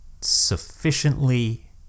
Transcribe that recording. sufficiently